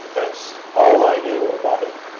that's all i knew about it,